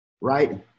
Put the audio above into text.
right